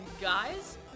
guys